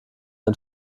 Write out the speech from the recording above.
ein